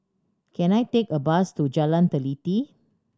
can I take a bus to Jalan Teliti